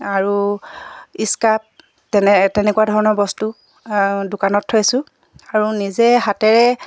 আৰু ইস্কাপ তেনে তেনেকুৱা ধৰণৰ বস্তু দোকানত থৈছোঁ আৰু নিজে হাতেৰে